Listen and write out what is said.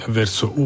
verso